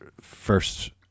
first